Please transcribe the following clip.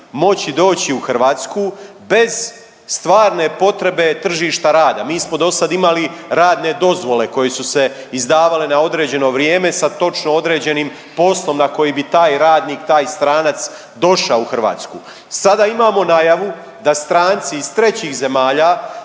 moći doći u Hrvatsku bez stvarne potrebe tržišta rada. Mi smo dosad imali radne dozvole koje su se izdavale na određeno vrijeme, sa točno određenim poslom na koji bi taj radnik, taj stranac došao u Hrvatsku. Sada imamo najavu da stranci iz trećih zemalja